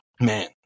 man